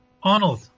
Arnold